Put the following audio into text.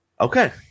okay